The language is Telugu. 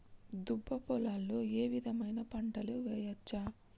దుబ్బ పొలాల్లో ఏ విధమైన పంటలు వేయచ్చా?